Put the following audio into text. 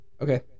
Okay